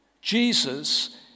jesus